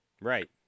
Right